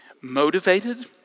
motivated